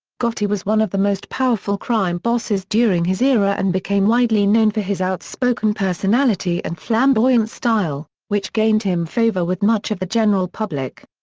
gotti was one of the most powerful crime bosses during his era and became widely known for his outspoken personality and flamboyant style, which gained him favor with much of the general public.